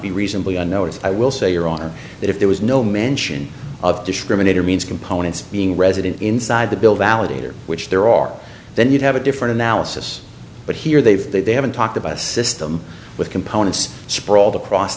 be reasonably on notice i will say your honor that if there was no mention of discriminator means components being resident inside the building allocator which there are then you'd have a different analysis but here they've they they haven't talked about a system with components sprawled across